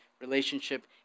relationship